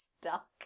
stuck